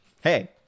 Hey